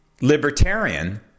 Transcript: libertarian